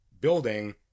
building